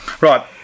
Right